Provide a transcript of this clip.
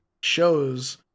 shows